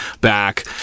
back